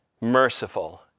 merciful